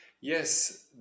Yes